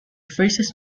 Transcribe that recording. phrases